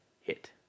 hit